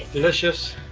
delicious.